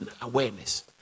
awareness